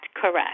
correct